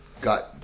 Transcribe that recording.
got